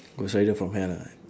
ghost rider from hell ah